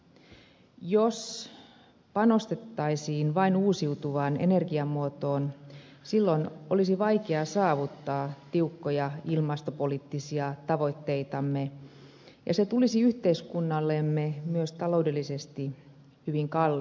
jos panostettaisiin vain uusiutuvaan energiamuotoon silloin olisi vaikea saavuttaa tiukkoja ilmastopoliittisia tavoitteitamme ja se tulisi yhteiskunnallemme myös taloudellisesti hyvin kalliiksi